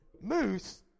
Moose